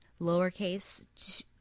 lowercase –